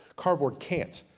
cardboard can't.